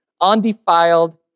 undefiled